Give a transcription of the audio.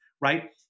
right